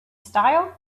style